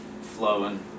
flowing